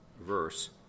verse